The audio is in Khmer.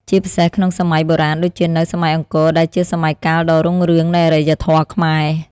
ជាពិសេសក្នុងសម័យបុរាណដូចជានៅ សម័យអង្គរ ដែលជាសម័យកាលដ៏រុងរឿងនៃអរិយធម៌ខ្មែរ។